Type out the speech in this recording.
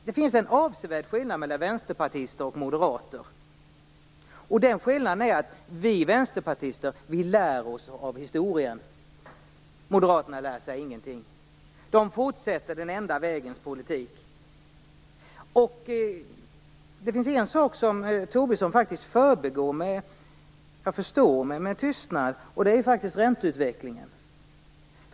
Det finns en avsevärd skillnad mellan vänsterpartister och moderater. Den skillnaden är att vi vänsterpartister lär oss av historien medan moderaterna inte lär sig någonting. De fortsätter "den enda vägens politik". Det finns en sak som Tobisson efter vad jag förstår förbigår med tystnad, nämligen ränteutvecklingen.